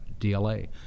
DLA